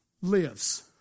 lives